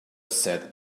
said